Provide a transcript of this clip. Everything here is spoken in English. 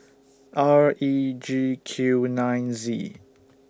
R E G Q nine Z